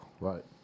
Right